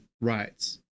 rights